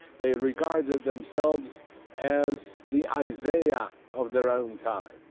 they regarded themselves as the isaiah of their own time.